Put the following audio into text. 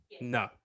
No